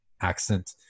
accent